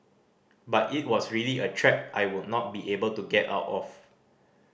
but it was really a trap I would not be able to get out of